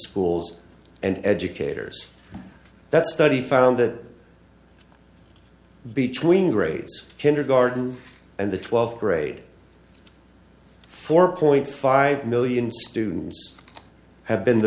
schools and educators that study found that between grades kindergarten and the twelfth grade four point five million students have been the